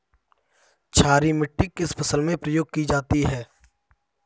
क्षारीय मिट्टी किस फसल में प्रयोग की जाती है?